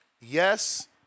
Yes